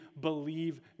believe